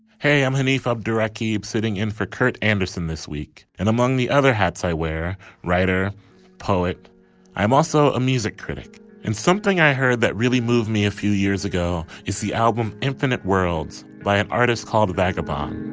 hey i'm haneef obdurate cube sitting in for kurt andersen this week and among the other hats i wear writer poet i am also a music critic and something i heard that really moved me a few years ago is the album infinite worlds by an artist called vagabond.